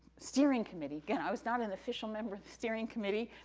steering committee, again, i was not an official member of the steering committee,